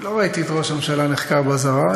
אני לא ראיתי את ראש הממשלה נחקר באזהרה,